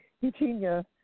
Eugenia